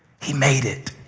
he made it.